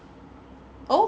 oh